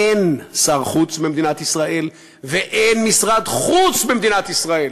אין שר חוץ במדינת ישראל ואין משרד חוץ במדינת ישראל.